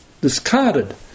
discarded